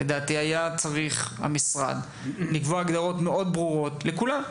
לדעתי המשרד היה צריך לקבוע הגדרות מאוד ברורות לכולם.